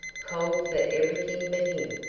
cold for everything but him.